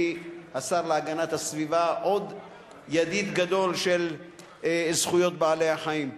הוביל שינויי תקנות מאוד משמעותיים בכל הנוגע לצער בעלי-חיים,